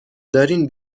دارین